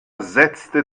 setzte